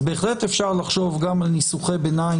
אז בהחלט אפשר לחשוב גם על ניסוחי ביניים